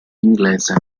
inglese